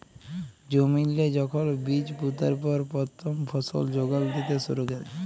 জমিল্লে যখল বীজ পুঁতার পর পথ্থম ফসল যোগাল দ্যিতে শুরু ক্যরে